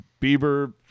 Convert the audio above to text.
Bieber